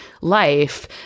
life